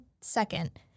second